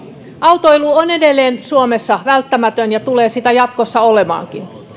autoilu on edelleen suomessa välttämätöntä ja tulee sitä jatkossakin olemaan